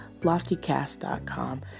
loftycast.com